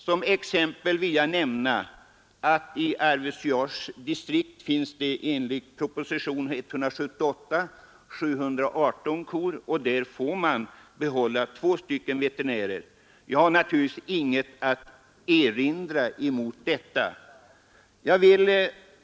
Som jämförelse vill jag peka på att det i Arvidsjaurs distrikt, enligt uppgift i propositionen 178 finns 718 kor, och där får man behålla två veterinärer. Jag har naturligtvis ingenting att erinra mot detta.